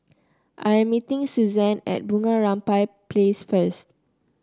I am meeting Suzann at Bunga Rampai Place first